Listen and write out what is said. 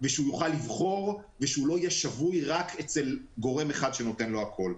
ושהוא יוכל והוא לא יהיה שבוי רק אצל גורם אחד שנותן לו הכול.